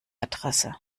adresse